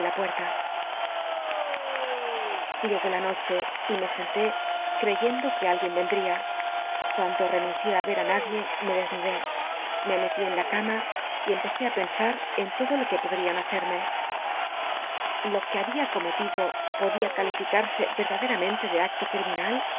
llegó la noche y me senté creyendo que alguien cnchia cuando renuncié i cr á nadie me desnudé y me mcli en la carna y empecé i pcnsac en lodo lo mc lo que había cometido poc uc pochian haccc mcnle de acto criminal